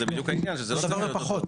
זה בדיוק העניין שזה לא צריך להיות אותו.